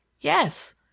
yes